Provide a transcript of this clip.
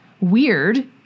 weird